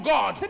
God